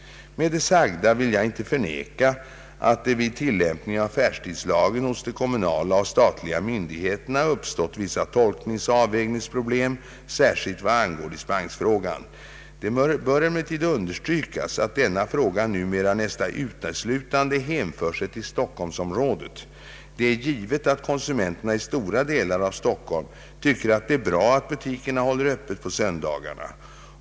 Med det sagda vill jag inte förneka att det vid tillämpningen av affärstidsla gen hos de kommunala och statliga myndigheterna uppstått vissa tolkningsoch avvägningsproblem, särskilt vad angår dispensfrågan. Det bör emellertid understrykas att denna fråga numera nästan uteslutande hänför sig till Stockholmsområdet. Det är givet att konsumenterna i stora delar av Stockholm tycker att det är bra att butikerna håller öppet på söndagarna.